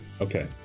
Okay